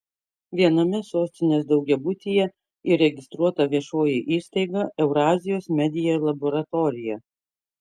viename sostinės daugiabutyje įregistruota viešoji įstaiga eurazijos media laboratorija